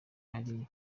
hariya